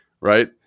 right